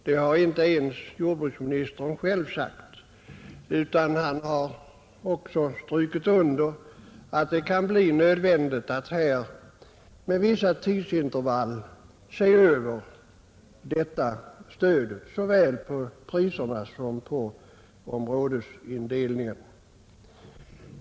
Det har inte ens jordbruksministern sagt, utan även han har understrukit att det kan bli nödvändigt att se över stödet med vissa tidsintervaller när det gäller såväl priserna som områdesindelningen.